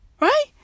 Right